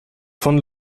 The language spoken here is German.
von